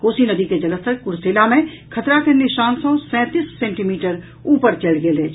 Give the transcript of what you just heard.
कोसी नदी के जलस्तर कुर्सेला मे खतरा के निशान सॅ सैंतीस सेंटीमीटर ऊपर चलि गेल अछि